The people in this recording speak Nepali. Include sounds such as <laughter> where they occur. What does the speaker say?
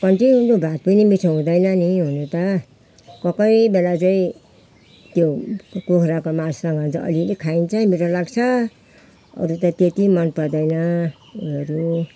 <unintelligible> भात पनि मिठो हुँदैन पनि हुनु त कोही कोही बेला चाहिँ त्यो कुखुराको मासुसँग चाहिँ अलि अलि खाइन्छ मिठो लाग्छ अरू त त्यति मन पर्दैन अरू